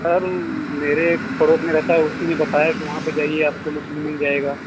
sir मेरे एक पड़ोस में रहता है उसी ने बताया कि वहाँ पर जाइए आपको मछली मिल जाएगी